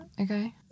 Okay